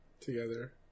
Together